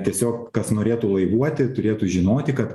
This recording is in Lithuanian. tiesiog kas norėtų laivuoti turėtų žinoti kad